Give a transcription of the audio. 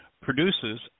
produces